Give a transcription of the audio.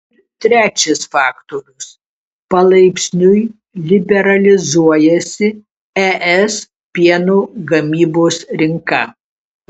ir trečias faktorius palaipsniui liberalizuojasi es pieno gamybos rinka